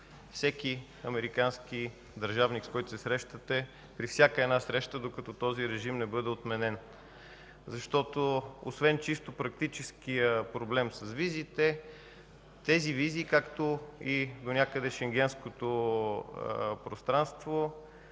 всеки американски държавник, с който се срещате, при всяка една среща, докато този режим не бъде отменен. Защото освен чисто практическият проблем с визите, тези визи, както и донякъде Шенгенското пространство,